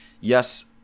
Yes